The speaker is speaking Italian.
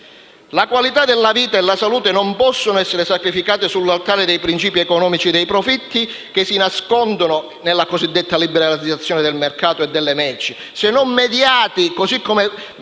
La qualità della vita e la salute non possono essere sacrificate sull'altare dei principi economici e dei profitti che si nascondono dietro la cosiddetta liberalizzazione del mercato e delle merci, se non mediati - così come